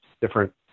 different